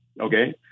okay